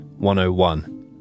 101